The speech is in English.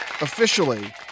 officially